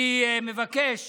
אני מבקש